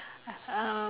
um